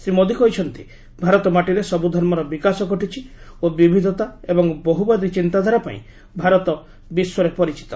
ଶ୍ରୀ ମୋଦି କହିଛନ୍ତି ଭାରତ ମାଟିରେ ସବୁ ଧର୍ମର ବିକାଶ ଘଟିଛି ଓ ବିବିଧତା ଏବଂ ବହୁବାଦୀ ଚିନ୍ତାଧାରା ପାଇଁ ଭାରତ ବିଶ୍ୱରେ ପରିଚିତ